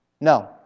No